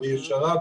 ישרה,